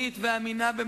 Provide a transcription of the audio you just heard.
אני אומר